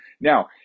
Now